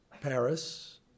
Paris